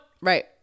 Right